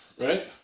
Right